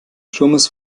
sturmes